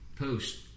post